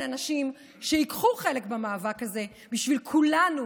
אנשים שייקחו חלק במאבק הזה בשביל כולנו,